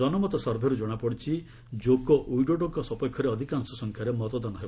ଜନମତ ସର୍ଭେରୁ ଜଣାପଡ଼ିଛି ଜୋକୋ ୱିଡୋଡୋଙ୍କ ସପକ୍ଷରେ ଅଧିକାଂଶ ସଂଖ୍ୟାରେ ମତଦାନ ହେବ